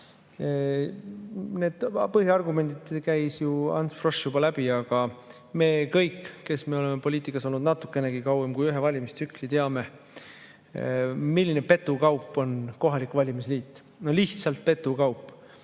Need põhiargumendid käis ju Ants Frosch läbi, aga me kõik, kes me oleme poliitikas olnud natukenegi kauem kui ühe valimistsükli, teame, milline petukaup on kohalik valimisliit. Lihtsalt petukaup!